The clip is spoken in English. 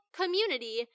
community